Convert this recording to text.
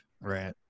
Right